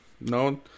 No